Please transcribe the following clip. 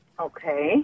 Okay